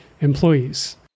employees